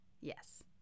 Yes